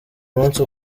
munsi